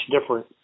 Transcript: different